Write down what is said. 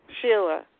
Sheila